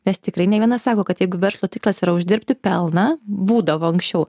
nes tikrai ne vienas sako kad jeigu verslo tikslas yra uždirbti pelną būdavo anksčiau